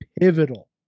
pivotal